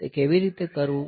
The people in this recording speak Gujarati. તે કેવી રીતે કરવું